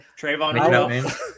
Trayvon